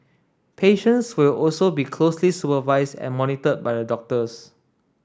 patients will also be closely supervised and monitored by the doctors